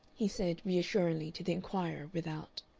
he said, reassuringly to the inquirer without.